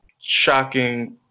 shocking